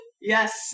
Yes